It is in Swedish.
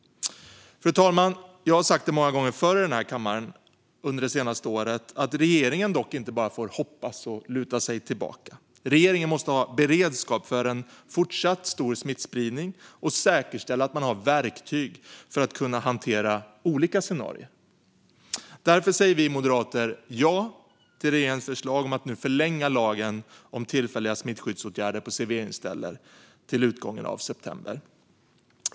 Fru talman! Jag har sagt det många gånger förr i denna kammare under det senaste året: Regeringen får däremot inte bara hoppas och luta sig tillbaka. Regeringen måste ha beredskap för en fortsatt stor smittspridning och säkerställa att man har verktyg för att kunna hantera olika scenarier. Därför säger vi moderater ja till regeringens förslag om att nu förlänga lagen om tillfälliga smittskyddsåtgärder på serveringsställen till utgången av september.